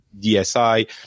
DSi